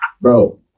Bro